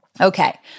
Okay